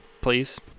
please